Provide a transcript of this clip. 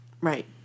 Right